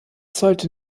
sollte